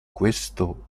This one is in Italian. questo